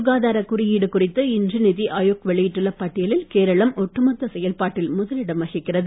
சுகாதார குறியீடு குறித்து இன்று நிதிஆயோக் வெளியிட்டள்ள பட்டியலில் கேரளம் ஒட்டுமொத்த செயல்பாட்டில் முதல் இடம் வகிக்கிறது